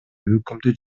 өкүмдү